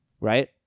right